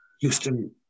Houston